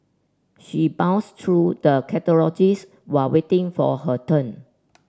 she browsed through the catalogues while waiting for her turn